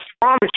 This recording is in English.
promise